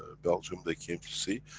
belgium they came to see,